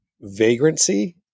vagrancy